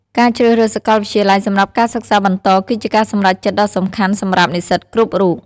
ការជ្រើសរើសសាកលវិទ្យាល័យសម្រាប់ការសិក្សាបន្តគឺជាការសម្រេចចិត្តដ៏សំខាន់សម្រាប់និស្សិតគ្រប់រូប។